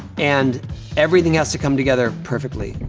and everything has to come together perfectly.